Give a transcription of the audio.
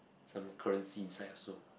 some currency inside also